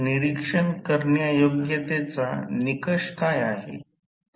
तर म्हणूनच आम्ही E2 cos ∂ V2 I2 Re2 लिहिले आहे